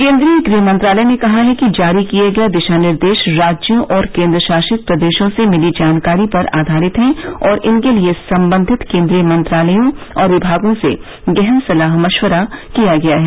केंद्रीय गृह मंत्रालय ने कहा है कि जारी किए गए दिशानिर्देश राज्यों और केंद्रशासित प्रदेशों से मिली जानकारी पर आधारित हैं और इनके लिए संबंधित केंद्रीय मंत्रालयों और विभागों से गहन सलाह मशवरा किया गया है